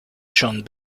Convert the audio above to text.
chung